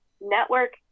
Network